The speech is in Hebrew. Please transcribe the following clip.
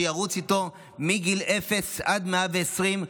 שירוץ איתו מגיל אפס עד 120,